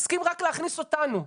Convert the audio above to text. הסכים רק להכניס אותנו.